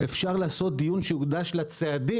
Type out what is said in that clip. עוד ארבעה חודשים אפשר לעשות דיון שיוקדש לצעדים